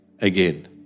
again